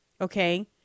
okay